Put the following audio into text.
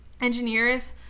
engineers